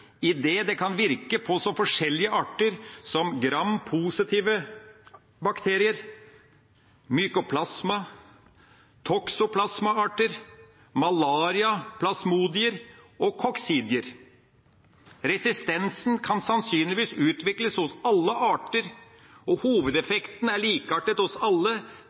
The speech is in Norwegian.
det kan virke på så forskjellige arter som gram-positive bakterier, mycoplasma, toksoplasma, malaria, plasmodier og koksidier. Resistensen kan sannsynligvis utvikles hos alle arter, og hovedeffekten er likeartet hos alle,